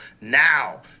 Now